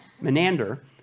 Menander